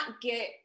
get